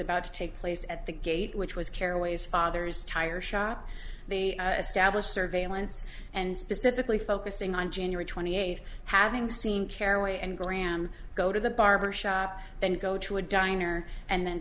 about to take place at the gate which was carol ways father's tire shop the established surveillance and specifically focusing on january twenty eighth having seen caraway and graham go to the barber shop then go to a diner and then